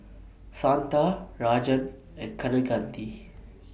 Santha Rajan and Kaneganti